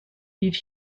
bydd